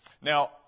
Now